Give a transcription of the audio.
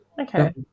Okay